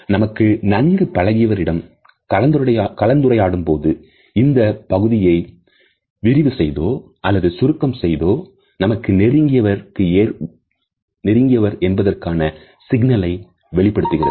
நமக்கு நன்கு பழகியவரிடம் கலந்துரையாடும் போது இந்த பகுதியை விரிவு செய்தோ அல்லது சுருக்கம் செய்தோம் நமக்கு நெருங்கியவர் என்பதற்கான சிக்னலை வெளிப்படுத்துகிறது